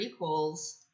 prequels